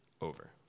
Over